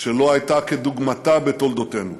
שלא הייתה כדוגמתה בתולדותינו.